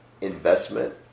investment